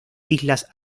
islas